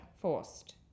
forced